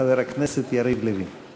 חבר הכנסת יריב לוין.